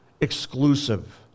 exclusive